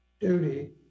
duty